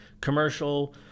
commercial